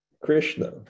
Krishna